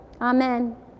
amen